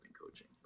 coaching